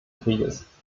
krieges